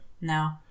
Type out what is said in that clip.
No